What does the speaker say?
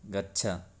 गच्छ